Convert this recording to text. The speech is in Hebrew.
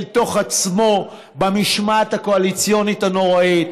תוך עצמו במשמעת הקואליציונית הנוראית.